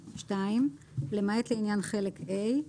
(2) למעט לעניין חלק ה'